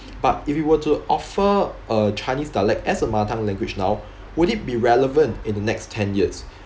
but if you were to offer a chinese dialect as a mother tongue language now would it be relevant in the next ten years